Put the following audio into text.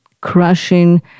crushing